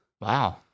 Wow